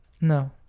no